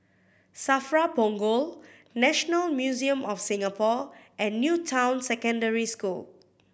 SAFRA Punggol National Museum of Singapore and New Town Secondary School